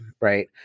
right